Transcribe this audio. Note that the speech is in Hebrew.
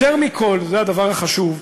יותר מכול, וזה הדבר החשוב,